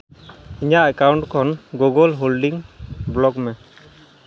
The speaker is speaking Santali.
ᱤᱧᱟᱹᱜ ᱮᱠᱟᱣᱩᱱᱴ ᱠᱷᱚᱱ ᱜᱩᱜᱳᱞ ᱦᱳᱞᱰᱤᱝ ᱵᱞᱚᱠ ᱢᱮ